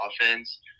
offense